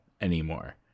anymore